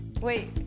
Wait